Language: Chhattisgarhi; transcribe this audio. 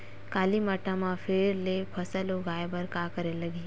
काली माटी म फेर ले फसल उगाए बर का करेला लगही?